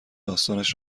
داستانش